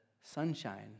sunshine